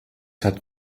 hat